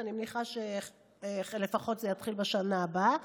ואני מניחה שזה לפחות יתחיל בשנה הבאה.